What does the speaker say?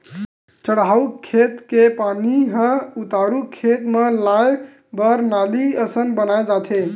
चड़हउ खेत के पानी ह उतारू के खेत म लाए बर नाली असन बनाए जाथे